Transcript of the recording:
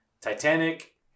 Titanic